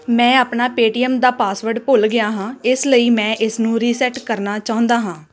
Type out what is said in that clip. ਮੈਂ ਆਪਣਾ ਪੇਅਟੀਐੱਮ ਦਾ ਪਾਸਵਰਡ ਭੁੱਲ ਗਿਆ ਹਾਂ ਇਸ ਲਈ ਮੈਂ ਇਸਨੂੰ ਰੀਸੈੱਟ ਕਰਨਾ ਚਾਹੁੰਦਾ ਹਾਂ